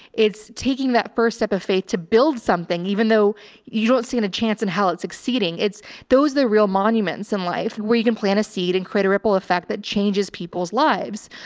it's taking that first step of faith to build something, even though you don't stand a chance in hell. it's exceeding. it's those, the real monuments in life where you can plant a seed and quite a ripple effect that changes people's lives.